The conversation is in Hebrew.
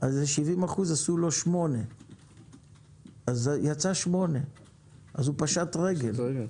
ו-70% עשו לו 8. יצא המספר 8 והוא פשט את הרגל.